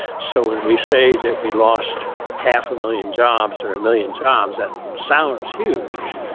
so when we say that we lost half a million jobs or a million jobs, that sounds huge,